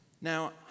Now